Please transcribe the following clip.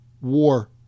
war